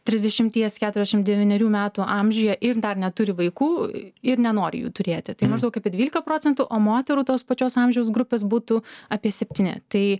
trisdešimties keturiasdešim devynerių metų amžiuje ir dar neturi vaikų ir nenori jų turėti tai maždaug apie dvylika procentų o moterų tos pačios amžiaus grupės būtų apie septyni tai